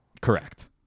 Correct